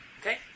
Okay